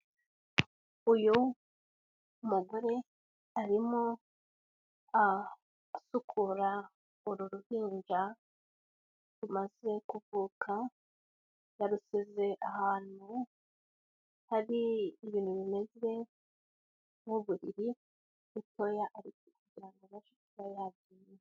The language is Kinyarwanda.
Uyu mugore arimo asukura uru ruhinja rumaze kuvuka, yarusize ahantu hari ibintu bimeze nk'uburiri butoya ariko ni agatanda gatoya.